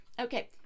Okay